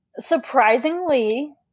surprisingly